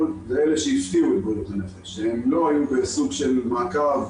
זה אלה שהפתיעו את בריאות הנפש ולא היו בסוג של מעקב,